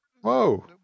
Whoa